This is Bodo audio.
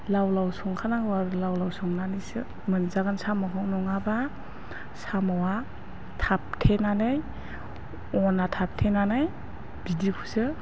लाव लाव संखानांगौ आरो लाव लाव संनानैसो मोनजागोन साम'खौ नङाबा साम'आ थाबथेनानै अना थाबथेनानै बिदिखौसो